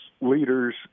leaders